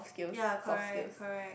ya correct correct